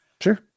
Sure